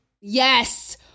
Yes